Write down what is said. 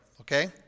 okay